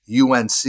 UNC